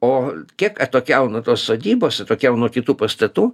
o kiek atokiau nuo tos sodybos atokiau nuo kitų pastatų